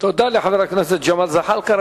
תודה לחבר הכנסת ג'מאל זחאלקה.